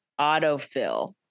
autofill